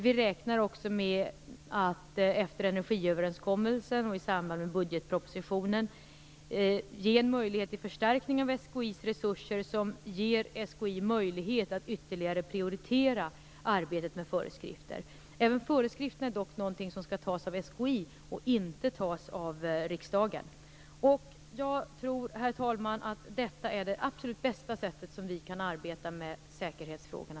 Vi räknar också med att efter energiöverenskommelsen och i samband med budgetpropositionen ge en möjlighet till förstärkning av SKI:s resurser som möjliggör för SKI att ytterligare prioritera arbetet med föreskrifter. Även föreskrifterna är dock någonting som skall beslutas av SKI och inte av riksdagen. Jag tror, herr talman, att detta är det absolut bästa sättet för oss att arbeta med säkerhetsfrågorna.